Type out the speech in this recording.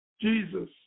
Jesus